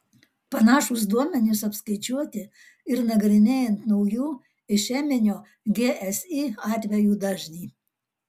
panašūs duomenys apskaičiuoti ir nagrinėjant naujų išeminio gsi atvejų dažnį